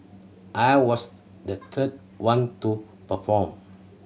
I was the third one to perform